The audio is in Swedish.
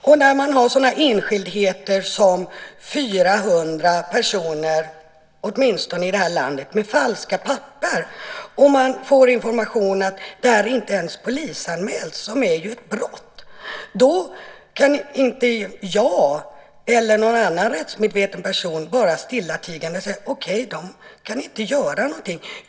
När det förekommer sådana enskildheter som att 400 personer finns i det här landet med falska papper, och man får informationen att detta, som ju är ett brott, inte ens polisanmäls, då kan inte jag eller någon annan rättsmedveten person bara säga: Okej, de kan inte göra någonting.